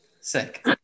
Sick